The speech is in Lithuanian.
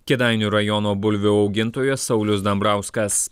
kėdainių rajono bulvių augintojas saulius dambrauskas